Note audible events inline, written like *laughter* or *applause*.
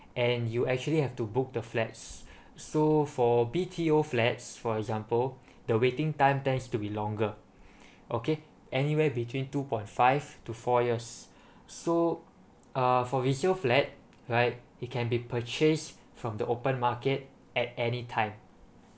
and you actually have to book the flats so for B_T_O flats for example the waiting time tends to be longer *breath* okay anywhere between two point five to four years so uh for resale flat right it can be purchase from the open market at any time